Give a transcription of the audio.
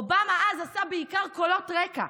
אובמה אז עשה בעיקר קולות רקע,